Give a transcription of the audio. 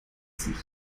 sich